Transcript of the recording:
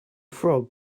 frog